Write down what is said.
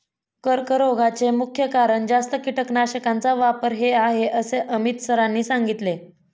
कर्करोगाचे मुख्य कारण जास्त कीटकनाशकांचा वापर हे आहे असे अमित सरांनी सांगितले